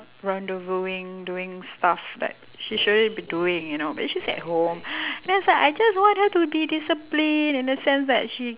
rendezvousing doing stuff like she shouldn't be doing you know it's just at home then it's like I just want her to be disciplined in the sense that she